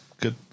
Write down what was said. good